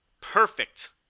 Perfect